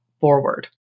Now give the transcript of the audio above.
forward